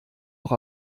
auch